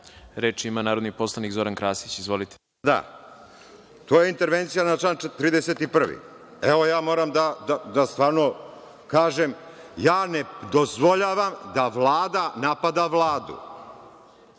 ima narodni poslanik Zoran Krasić. Izvolite. **Zoran Krasić** Da, to je intervencija na član 31. Evo, ja moram da stvarno kažem, ja ne dozvoljavam da Vlada napada Vladu.